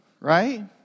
Right